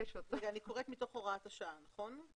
מתוך הוראת השעה, נכון?